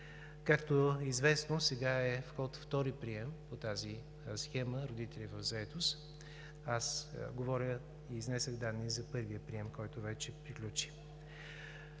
Както е известно, сега е в ход втори прием по тази схема „Родители в заетост“. Говоря и изнесох данни за първия прием, който вече приключи.